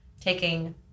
taking